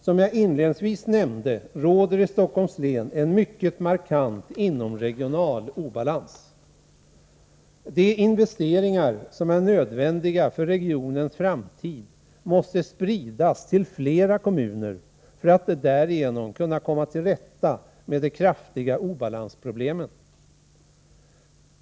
Som jag inledningsvis nämnde råder i Stockholms län en mycket markant inomregional obalans. De investeringar som är nödvändiga för regionens framtid måste spridas till flera kommuner, för att vi därigenom skall kunna komma till rätta med de kraftiga obalansproblemen.